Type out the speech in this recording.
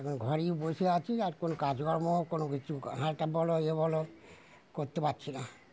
এখন ঘরেই বসে আছি আর কোনো কাজকর্ম কোনো কিছু হাঁটা বলো ইয়ে বলো করতে পারছি না